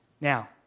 Now